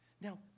Now